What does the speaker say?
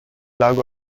lago